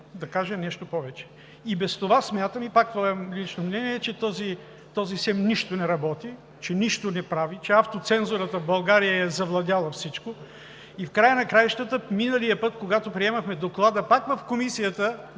да кажа нещо повече. И без това смятам, и пак изразявам лично мнение, че този СЕМ нищо не работи, че нищо не прави, че автоцензурата в България е завладяла всичко. В края на краищата миналия път, когато пак приемахме Доклада в Комисията,